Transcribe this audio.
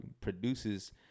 produces